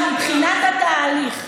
עכשיו מבחינת התהליך.